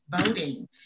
voting